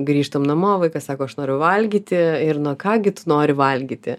grįžtam namo vaikas sako aš noriu valgyti ir nu ką gi tu nori valgyti